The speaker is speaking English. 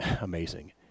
amazing